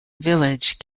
village